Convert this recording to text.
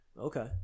Okay